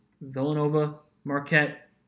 Villanova-Marquette